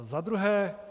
Za druhé.